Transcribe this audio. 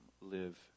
live